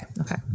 Okay